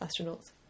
astronauts